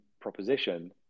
proposition